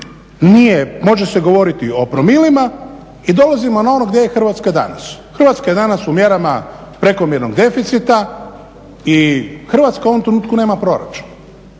Dakle, može se govoriti o promilima i dolazimo na ono gdje je Hrvatska danas. Hrvatska je danas u mjerama prekomjernog deficita i Hrvatska u ovom trenutku nema proračun.